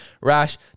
rash